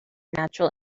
natural